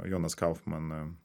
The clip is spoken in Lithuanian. jonas kaufman